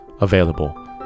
available